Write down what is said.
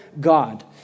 God